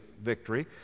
victory